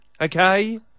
Okay